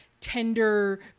tender